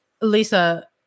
Lisa